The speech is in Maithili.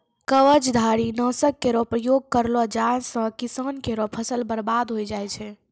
कवचधारी? नासक केरो प्रयोग करलो जाय सँ किसान केरो फसल बर्बाद होय जाय छै